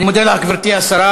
אני מודה לך, גברתי השרה.